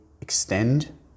extend